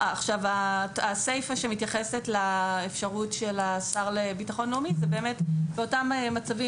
הסיפא שמתייחסת לאפשרות של השר לביטחון לאומי אלה אותם מצבים